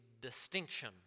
distinction